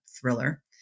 thriller